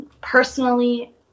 personally